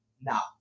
now